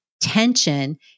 tension